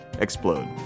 explode